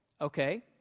Okay